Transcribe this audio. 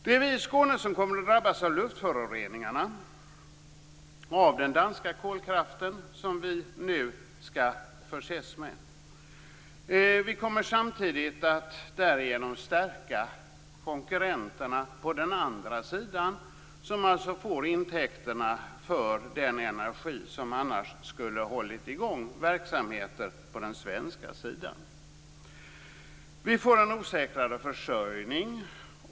Det är vi i Skåne som kommer att drabbas av luftföroreningarna och av den danska kolkraften, som vi nu skall förses med. Därigenom kommer vi samtidigt att stärka konkurrenterna på den andra sidan, som alltså får intäkterna för den energi som annars skulle ha hållit i gång verksamheter på den svenska sidan. Vi får en osäkrare försörjning.